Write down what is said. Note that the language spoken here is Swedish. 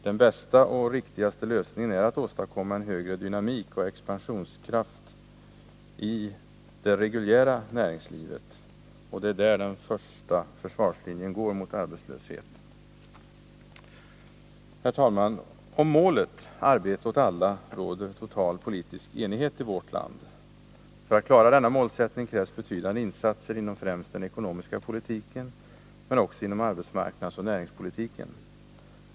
Den bästa och riktigaste lösningen är att åstadkomma en högre dynamik och expansionskraft i det reguljära näringslivet, och det är där den första försvarslinjen går mot arbetslösheten. Herr talman! Om målet ”Arbete åt alla” råder total politisk enighet i vårt land. För att klara detta mål krävs betydande insatser inom främst den ekonomiska politiken — men också inom arbetsmarknadsoch näringspolitiken.